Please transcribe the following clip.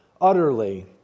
utterly